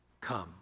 come